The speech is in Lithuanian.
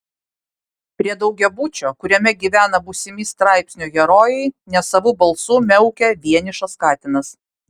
prie daugiabučio kuriame gyvena būsimi straipsnio herojai nesavu balsu miaukia vienišas katinas